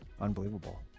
Unbelievable